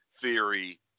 Theory